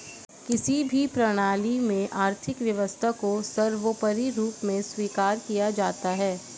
किसी भी प्रणाली में आर्थिक व्यवस्था को सर्वोपरी रूप में स्वीकार किया जाता है